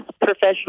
professional